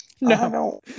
No